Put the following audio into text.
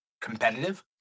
competitive